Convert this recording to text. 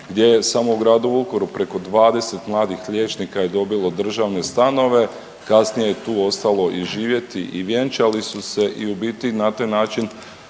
gdje je samo u gradu Vukovaru preko 20 mladih liječnika je dobilo državne stanove. Kasnije je tu ostalo i živjeti i vjenčali su se. I u biti na taj način